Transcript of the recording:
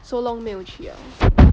so long 没有去 liao